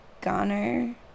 Goner